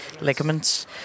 ligaments